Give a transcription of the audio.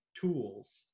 tools